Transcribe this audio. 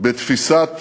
בתפיסת